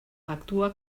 actua